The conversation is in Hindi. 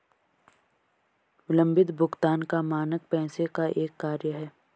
विलम्बित भुगतान का मानक पैसे का एक कार्य है